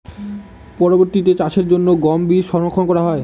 পরবর্তিতে চাষের জন্য গম বীজ সংরক্ষন করা হয়?